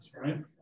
right